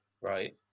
right